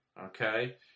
Okay